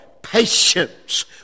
patience